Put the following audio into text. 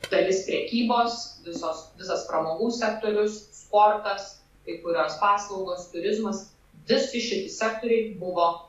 dalis prekybos visos visas pramogų sektorius sportas kai kurios paslaugos turizmas visi šitie sektoriai buvo